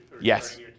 Yes